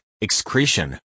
excretion